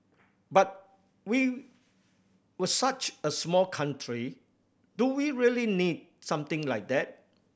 but we were such a small country do we really need something like that